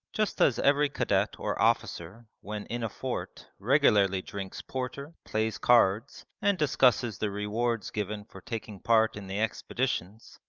just as every cadet or officer when in a fort regularly drinks porter, plays cards, and discusses the rewards given for taking part in the expeditions,